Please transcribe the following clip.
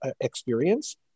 experience